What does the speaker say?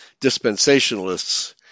dispensationalists